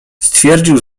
stwierdził